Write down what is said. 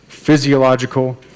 physiological